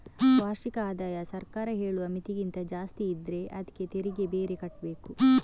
ವಾರ್ಷಿಕ ಆದಾಯ ಸರ್ಕಾರ ಹೇಳುವ ಮಿತಿಗಿಂತ ಜಾಸ್ತಿ ಇದ್ರೆ ಅದ್ಕೆ ತೆರಿಗೆ ಬೇರೆ ಕಟ್ಬೇಕು